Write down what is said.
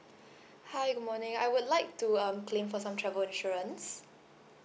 hi good morning I would like to um claim for some travel insurance